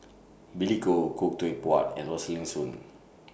Billy Koh Khoo Teck Puat and Rosaline Soon